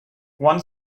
one